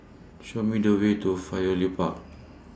Show Me The Way to Firefly Park